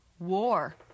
War